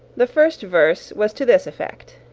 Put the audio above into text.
the first verse was to this effect